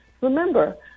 remember